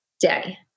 day